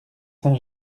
saint